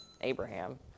Abraham